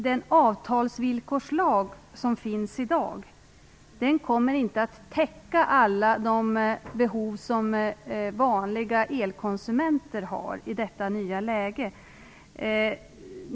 Den avtalsvillkorslag som finns i dag kommer inte att täcka alla de behov som vanliga elkonsumenter har i detta nya läge.